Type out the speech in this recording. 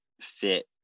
fit